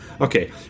Okay